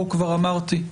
פה כבר אמרתי,